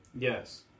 Yes